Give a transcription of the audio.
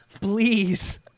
Please